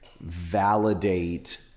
validate